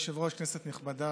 כבוד היושב-ראש, כנסת נכבדה,